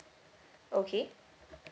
okay